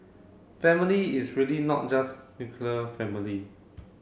family is really not just nuclear family